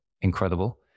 incredible